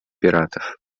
пиратов